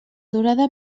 durada